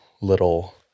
little